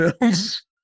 films